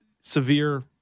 severe